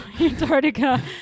Antarctica